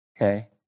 Okay